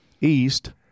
east